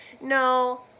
No